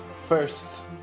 first